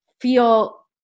feel